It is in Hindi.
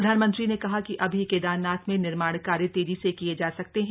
प्रधानमंत्री ने कहा कि अभी केदारनाथ में निर्माण कार्य तेजी से किये जा सकते हैं